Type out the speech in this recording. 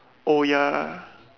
oh ya